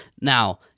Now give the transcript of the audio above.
Now